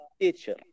teacher